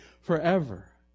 forever